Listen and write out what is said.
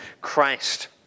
Christ